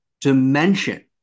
dimension